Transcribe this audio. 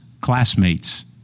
classmates